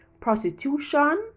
prostitution